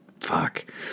fuck